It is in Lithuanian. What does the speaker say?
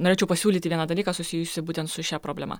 norėčiau pasiūlyti vieną dalyką susijusį būtent su šia problema